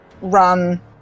run